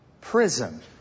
prison